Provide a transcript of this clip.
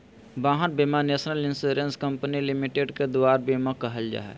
वाहन बीमा National Insurance Company Limited के दुआर बीमा कहल जाहइ